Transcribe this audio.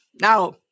now